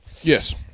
Yes